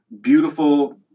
Beautiful